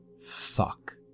Fuck